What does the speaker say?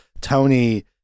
Tony